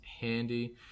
handy